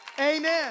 Amen